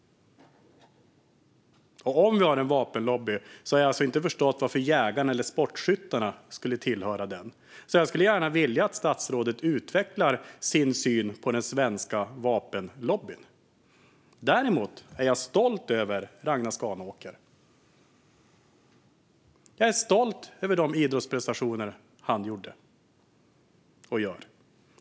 Och om vi har en vapenlobby har jag inte förstått varför jägarna och sportskyttarna skulle tillhöra den. Jag skulle därför vilja att statsrådet utvecklar sin syn på den svenska vapenlobbyn. Däremot är jag stolt över Ragnar Skanåker. Jag är stolt över de idrottsprestationer han har gjort och gör.